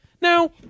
Now